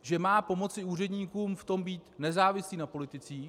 že má pomoci úředníkům v tom být nezávislí na politicích.